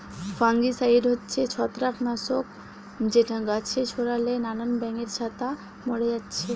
fungicide হচ্ছে ছত্রাক নাশক যেটা গাছে ছোড়ালে নানান ব্যাঙের ছাতা মোরে যাচ্ছে